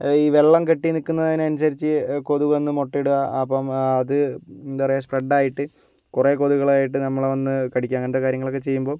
ഈ വെള്ളം കെട്ടി നിൽക്കുന്നതിനനുസരിച്ച് കൊതുക് വന്ന് മുട്ടയിടുക അപ്പം ആത് എന്താ പറയുക സ്പ്രെടായിട്ട് കുറെ കൊതുകുകളായിട്ട് നമ്മളെ വന്ന് കടിക്കുക അങ്ങനത്തെ കാര്യങ്ങളൊക്കെ ചെയ്യുമ്പം